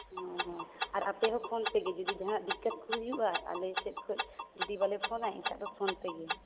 ᱚ ᱦᱚ ᱟᱨ ᱟᱯᱮ ᱦᱚᱸ ᱯᱷᱳᱱ ᱯᱮᱜᱮ ᱡᱩᱫᱤ ᱡᱟᱦᱟᱱᱟᱜ ᱫᱤᱠᱠᱟᱛ ᱠᱚ ᱦᱩᱭᱩᱜᱼᱟ ᱟᱞᱮ ᱥᱮᱫ ᱠᱷᱚᱡ ᱡᱩᱫᱤ ᱵᱟᱞᱮ ᱯᱷᱳᱱᱟ ᱮᱱᱠᱷᱟᱱ ᱫᱚ ᱯᱷᱳᱱ ᱯᱮᱜᱮ